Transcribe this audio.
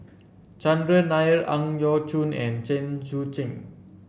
Chandran Nair Ang Yau Choon and Chen Sucheng